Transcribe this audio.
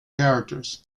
characters